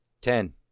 Ten